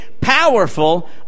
powerful